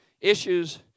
issues